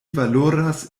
valoras